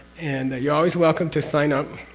and. you're always welcome to sign up,